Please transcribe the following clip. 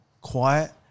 quiet